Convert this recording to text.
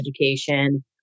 Education